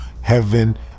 heaven